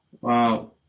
Wow